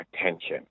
attention